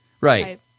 right